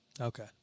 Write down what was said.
Okay